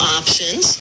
options